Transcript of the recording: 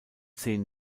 zehn